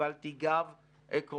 קיבלתי גב עקרוני.